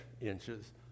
inches